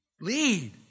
Lead